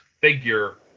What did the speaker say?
figure